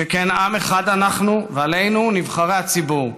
שכן עם אחד אנחנו, ועלינו, נבחרי הציבור,